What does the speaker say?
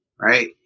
right